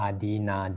Adina